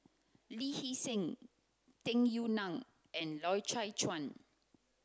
Lee Hee Seng Tung Yue Nang and Loy Chye Chuan